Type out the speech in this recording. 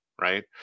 right